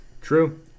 True